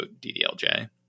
DDLJ